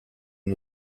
une